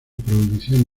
prohibición